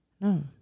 No